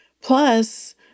Plus